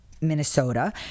Minnesota